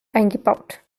eingebaut